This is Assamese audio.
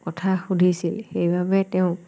কথা সুধিছিল সেইবাবে তেওঁক